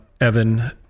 Evan